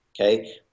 okay